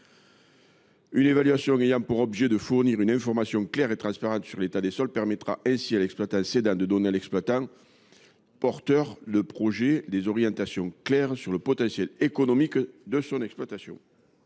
Une évaluation ayant pour objet de fournir une information claire et transparente sur l’état des sols permettra ainsi à l’exploitant cédant de donner au porteur de projet des estimations claires du potentiel économique de son exploitation.